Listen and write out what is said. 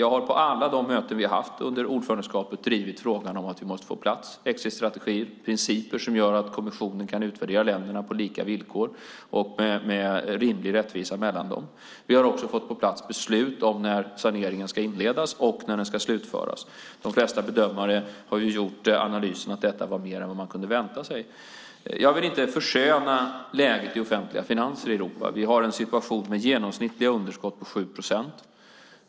Jag har på alla de möten vi har haft under ordförandeskapet drivit frågan att vi måste få på plats exitstrategier, principer som gör att kommissionen kan utvärdera länderna på lika villkor och med rimlig rättvisa mellan dem. Vi har också fått på plats beslut om när saneringen ska inledas och när den ska slutföras. De flesta bedömare har gjort analysen att detta var mer än man kunde vänta sig. Jag vill inte försköna läget för de offentliga finanserna i Europa. Vi har en situation med genomsnittliga underskott på 7 procent.